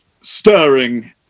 stirring